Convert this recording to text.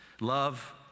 Love